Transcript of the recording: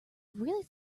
really